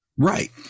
Right